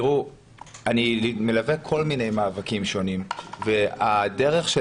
אני מלווה כל מיני מאבקים שונים והדרך של